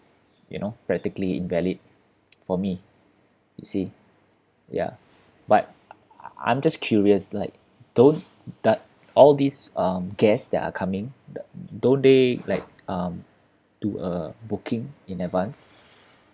you know practically invalid for me you see ya but I I'm just curious like don't da~ all these um guests that are coming the don't they like um do a booking in advance